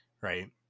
Right